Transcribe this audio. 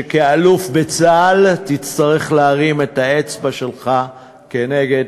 שכאלוף בצה"ל תצטרך להרים את האצבע שלך נגד.